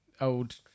old